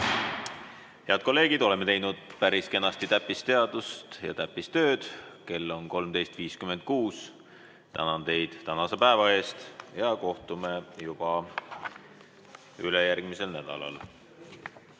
Head kolleegid! Oleme teinud päris kenasti täppisteadust ja täppistööd. Kell on 13.56. Tänan teid tänase päeva eest ja kohtume juba ülejärgmisel nädalal.